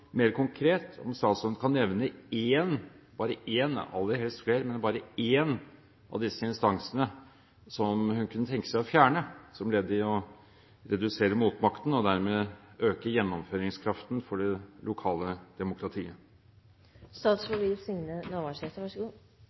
mer konkret: Kan statsråden nevne bare én – bare én, men aller helst flere – av disse instansene som hun kunne tenke seg å fjerne som ledd i å redusere motmakten og dermed øke gjennomføringskraften for det lokale